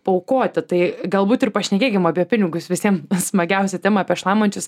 paaukoti tai galbūt ir pašnekėkim apie pinigus visiem smagiausia tema apie šlamančius